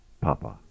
Papa